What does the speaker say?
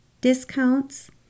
discounts